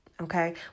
okay